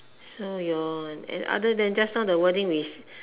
so your and other than just now the wording is